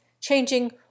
changing